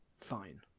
Fine